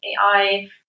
AI